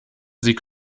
sie